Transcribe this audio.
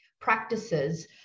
practices